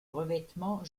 revêtement